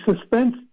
suspense